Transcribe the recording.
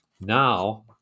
now